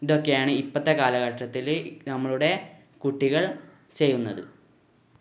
ഇതൊക്കെയാണ് ഇപ്പോഴത്തെ കാലഘട്ടത്തിൽ നമ്മുടെ കുട്ടികൾ ചെയ്യുന്നത്